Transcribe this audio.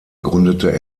gründete